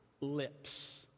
lips